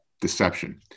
deception